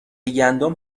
گندم